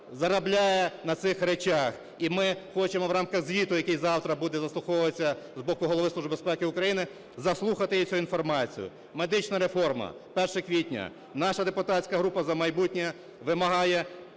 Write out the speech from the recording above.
заробляє на цих речах. І ми хочемо в рамках звіту, який завтра буде заслуховуватись з боку Голови Служби безпеки України, заслухати цю інформацію. Медична реформа, 1 квітня. Наша депутатська група "За майбутнє" вимагає